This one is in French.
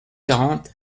quarante